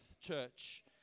church